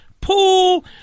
Pool